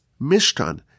Mishkan